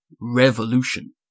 revolution